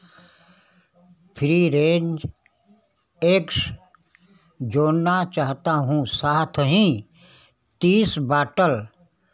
free range eggs जोड़ना चाहता हूँ साथ ही तीस बॉटल